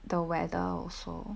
the weather also